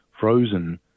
frozen